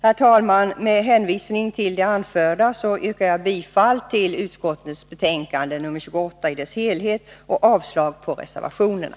Herr talman! Med hänvisning till det anförda yrkar jag bifall till hemställan i utbildningsutskottets betänkande nr 28 i dess helhet och avslag på reservationerna.